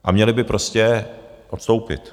A měli by prostě odstoupit.